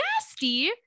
nasty